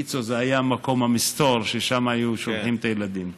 ויצ"ו היה מקום המסתור שלשם היו שולחים את הילדים.